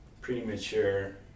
premature